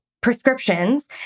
prescriptions